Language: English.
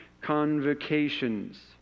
convocations